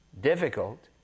difficult